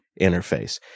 interface